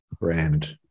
brand